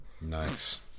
Nice